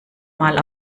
mal